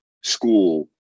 school